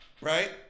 Right